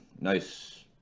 nice